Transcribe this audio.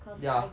ya